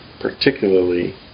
Particularly